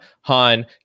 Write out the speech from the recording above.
Han